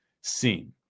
seen